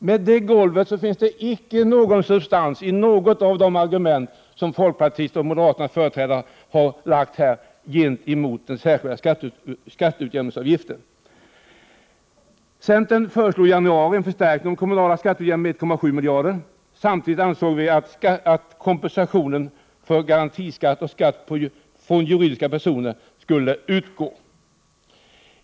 Med det golvet finns det icke någon substans i något av de argument som folkpartiets och moderaternas företrädare fört fram i fråga om den särskilda skatteutjämningsavgiften. Centern föreslog i januari en förstärkning av den kommunala skatteutjämningen med 1,7 miljarder. Samtidigt ansåg vi att kompensationen för garantiskatt och skatt från juridiska personer skulle utgå.